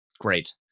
Great